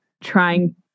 trying